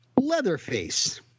Leatherface